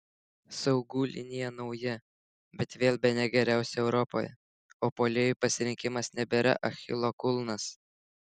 saugų linija nauja bet vėl bene geriausia europoje o puolėjų pasirinkimas nebėra achilo kulnas